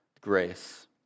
grace